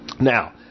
Now